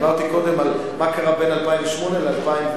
דיברתי קודם על מה קרה בין 2008 להיום.